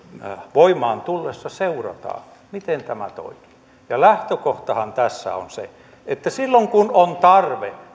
voimaan tullessa seurataan miten tämä toimii lähtökohtahan tässä on se että silloin kun on tarve